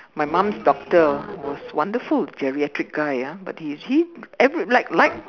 my mom's doctor was wonderful geriatric guy ah but he he every like like